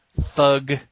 Thug